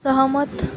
सहमत